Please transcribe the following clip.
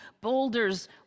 boulders